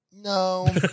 No